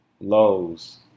Lowe's